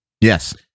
Yes